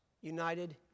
united